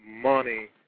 money